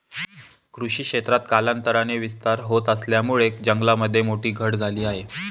कृषी क्षेत्रात कालांतराने विस्तार होत असल्यामुळे जंगलामध्ये मोठी घट झाली आहे